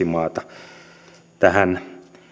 maata tähän